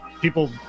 people